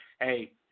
Hey